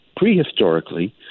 prehistorically